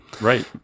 Right